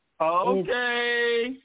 Okay